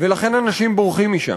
ולכן אנשים בורחים משם.